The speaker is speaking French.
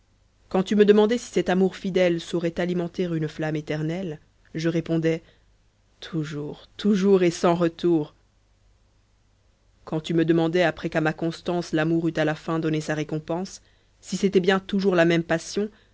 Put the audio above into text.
quand tu me demandais si cet amour fidèle saurait alimenter une flamme éternelle je répondais toujours toujours et sans retour ouand tu me demandais après qu'à ma constance l'amour eut à la fin donné sa récompense si c'était bien toujours la même passion